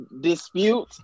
dispute